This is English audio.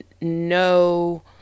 no